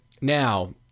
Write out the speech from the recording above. Now